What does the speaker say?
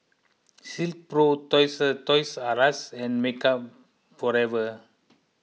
Silkpro Toys Toys R Us and Makeup Forever